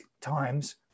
times